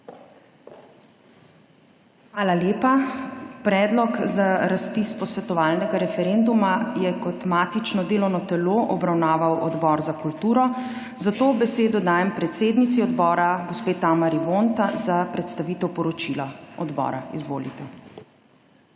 Hvala lepa. Predlog za razpis posvetovalnega referenduma je kot matično delovno telo obravnaval Odbor za kulturo, zato besedo dajem predsednici Odbora gospe Tamari Vonta za predstavitev poročila odbora. Izvolite.